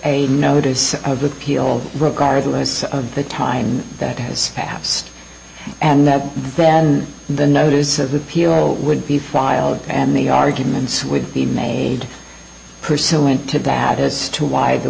a notice of appeal regardless of the time that has passed and that then the notice of appeal would be filed and the arguments with be made pursuant to that as to why the